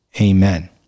Amen